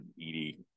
Edie